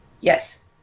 Yes